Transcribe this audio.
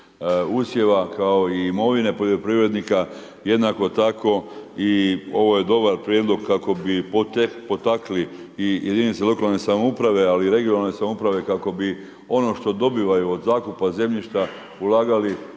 usjeva kao i imovine poljoprivrednika. Jednako tako i ovo je dobar prijedlog kako bi potakli i jedinice lokalne samouprave, ali i regionalne samouprave kako bi ono što dobivaju od zakupa zemljišta ulagali